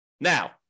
Now